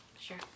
sure